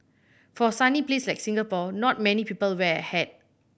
for a sunny place like Singapore not many people wear a hat